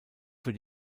für